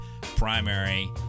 primary